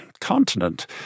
continent